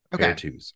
Okay